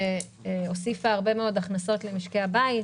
שהוסיפה הרבה מאוד הכנסות למשקי הבית.